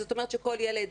זאת אומרת שכל ילד